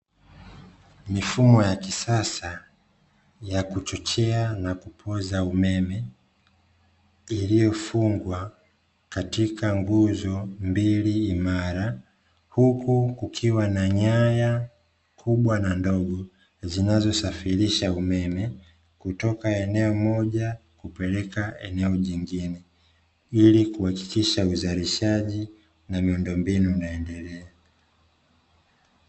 Mifumo ya kisasa ya kuchochea na kupoza umeme iliyofungwa katika nguzo mbili imara. Huku kukiwa na nyaya kubwa na ndogo zinazosafirisha umeme kutoka eneo moja kupeleka eneo jingine, ili kuhakikisha uzalishaji wa miundombinu unaendelea.